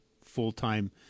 full-time